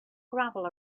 gravel